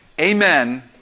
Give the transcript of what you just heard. Amen